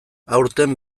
aurten